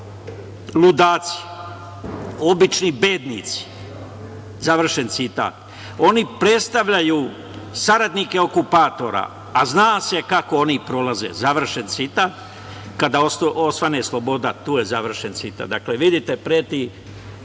ludaci, obični bednici.“, završen citat. „Oni predstavljaju saradnike okupatora, a zna se kako oni prolaze.“, završen citat, kada osvane sloboda, tu je završen citat. Dakle, vidite preti